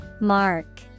Mark